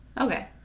Okay